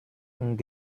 und